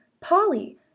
polly